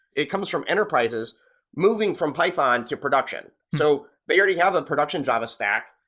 it comes from enterprises moving from python to production. so they already have a production java stack,